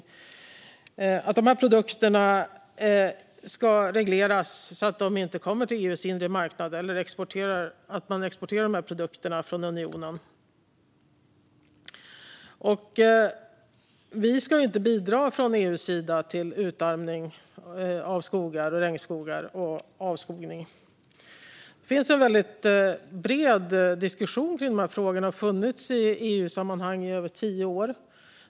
Förslaget innebär att dessa produkter ska regleras så att de inte kommer till EU:s inre marknad eller exporteras från unionen. Vi i EU ska inte bidra till utarmning av regnskogar eller avskogning. Det finns och har funnits en bred diskussion om dessa frågor i EUsammanhang i över tio år.